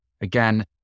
Again